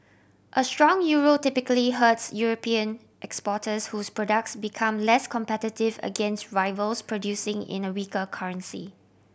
a strong Euro typically hurts European exporters whose products become less competitive against rivals producing in a weaker currency